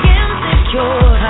insecure